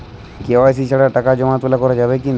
KYC ছাড়া টাকা জমা তোলা করা যাবে কি না?